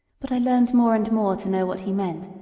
but i learned more and more to know what he meant,